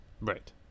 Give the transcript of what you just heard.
Right